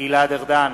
גלעד ארדן,